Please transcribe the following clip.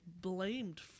blamed